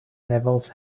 levels